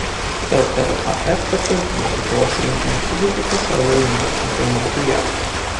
llaf patvirtino lietuvos rinktinės sudėtį pasaulio jaunimo čempionatui jav